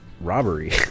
robbery